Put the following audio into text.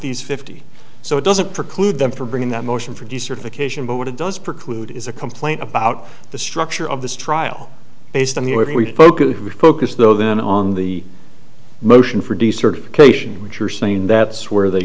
these fifty so it doesn't preclude them for bringing that motion for decertification but what it does preclude is a complaint about the structure of this trial based on the way we focus refocus though then on the motion for decertification which are saying that's where they